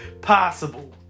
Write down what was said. possible